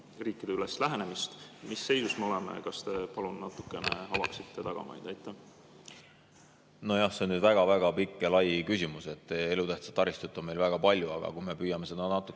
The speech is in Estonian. riikideülest lähenemist? Mis seisus me oleme? Kas te, palun, natuke avaksite tagamaid? Nojah, see on nüüd väga-väga pikk ja lai küsimus. Elutähtsat taristut on meil väga palju. Aga kui me püüame seda natukene